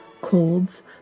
colds